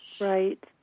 Right